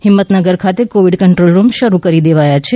હિંમતનગર ખાતે covid control room શરૂ કરી દેવાયો છે